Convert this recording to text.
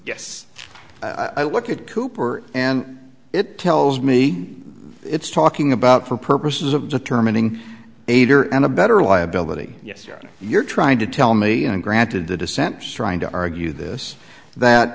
yes i look at cooper and it tells me it's talking about for purposes of determining aider and abettor liability yes you're trying to tell me and granted the dissents trying to argue this that